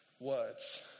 words